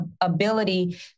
ability